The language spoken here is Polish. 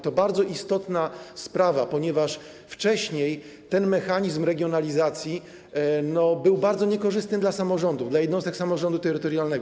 To bardzo istotna sprawa, ponieważ wcześniej ten mechanizm regionalizacji był bardzo niekorzystny dla samorządów, dla jednostek samorządu terytorialnego.